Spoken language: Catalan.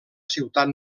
ciutat